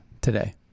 today